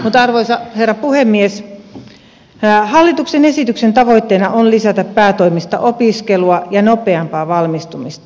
mutta arvoisa herra puhemies hallituksen esityksen tavoitteena on lisätä päätoimista opiskelua ja nopeampaa valmistumista